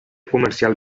comercial